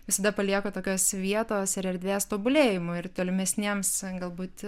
visada palieku tokios vietos ir erdvės tobulėjimui ir tolimesniems galbūt